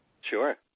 Sure